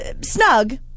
Snug